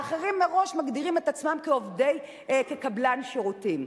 והאחרים מראש מגדירים את עצמם כקבלן שירותים.